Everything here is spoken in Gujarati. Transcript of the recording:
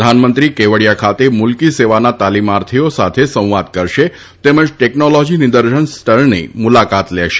પ્રધાનમંત્રી કેવડીયા ખાતે મુલકી સેવાના તાલીમાર્થીઓ સાથે સંવાદ કરશે તેમજ ટેકનોલોજી નિદર્શન સ્થળની મુલાકાત લેશે